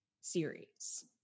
series